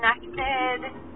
connected